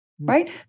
Right